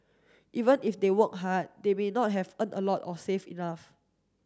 even if they work hard they may not have earn a lot or save enough